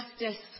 justice